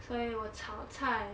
所以我炒菜